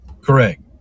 correct